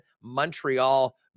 Montreal